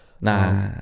Nah